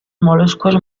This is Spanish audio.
moluscos